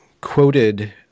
quoted